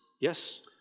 Yes